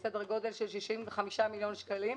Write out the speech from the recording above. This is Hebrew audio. בסדר גודל של 65 מיליון שקלים.